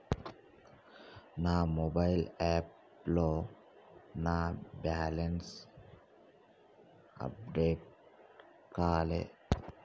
నా మొబైల్ యాప్లో నా బ్యాలెన్స్ అప్డేట్ కాలే